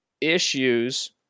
issues